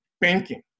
banking